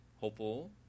hopeful